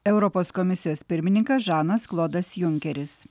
europos komisijos pirmininkas žanas klodas junkeris